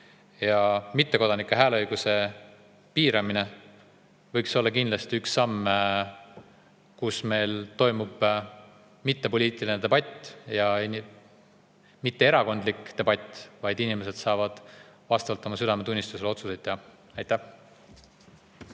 Mittekodanike hääleõiguse piiramine võiks olla kindlasti üks samme, kus meil peaks toimuma mitte poliitiline debatt ja mitte erakondlik debatt, vaid inimesed peaksid saama vastavalt oma südametunnistusele otsuseid teha. Aitäh!